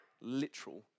literal